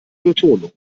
betonung